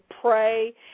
pray